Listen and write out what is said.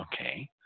Okay